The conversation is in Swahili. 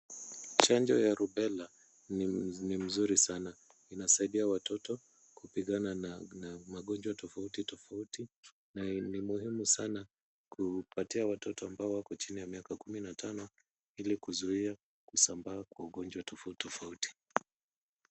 Chanjo ya rubela ni mzuri sana. Inasaidia watoto kupigana na magonjwa tofauti tofauti na ni muhimu sana kupatia watoto ambao wako chini ya miaka kumi na tano, ili kuzuia kusambaa kwa ugonjwa tofauti tofauti.